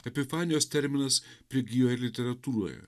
epifanijos terminas prigijo literatūroje